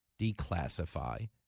declassify